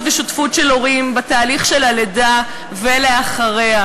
ושותפות של הורים בתהליך הלידה ואחריה.